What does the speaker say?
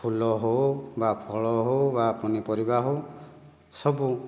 ଫୁଲ ହେଉ ବା ଫଳ ହେଉ ବା ପନିପରିବା ହେଉ ସବୁ